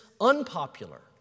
unpopular